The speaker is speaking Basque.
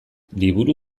liburu